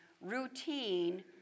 routine